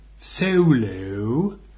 Solo